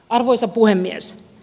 arvoisa puhemies